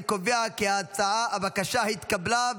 אני קובע כי הבקשה התקבלה,